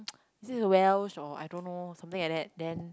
is it a well show I don't know something like that then